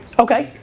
okay.